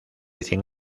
cien